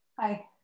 Hi